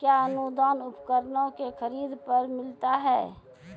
कया अनुदान उपकरणों के खरीद पर मिलता है?